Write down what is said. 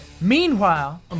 Meanwhile